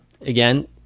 Again